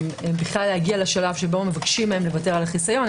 להגיע לשלב שבו מבקשים מהם לוותר על החיסיון,